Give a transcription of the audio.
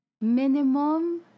minimum